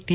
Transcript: T